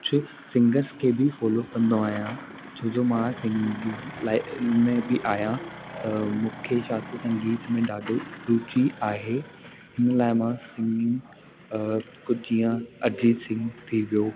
कुझु सिंगर्स खे बि फोलो कंदो आहियां छो जो मां सिंगिंग लाईन में बि आहियां त मूंखे शास्त्रीय संगीत में डाढो रुची आहे हिन लाइ मां सिंगिंग जीअं अजीत सिंह थी वियो